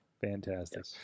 Fantastic